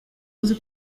uzi